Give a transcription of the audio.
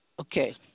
Okay